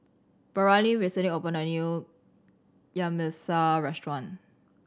Braylen recently opened a new Yamgyeopsal restaurant